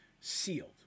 sealed